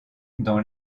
dans